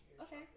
okay